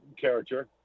character